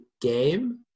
game